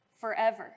forever